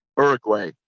Uruguay